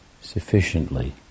sufficiently